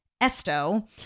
Esto